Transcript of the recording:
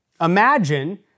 Imagine